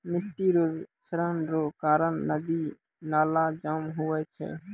मिट्टी रो क्षरण रो कारण नदी नाला जाम हुवै छै